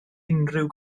unrhyw